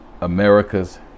America's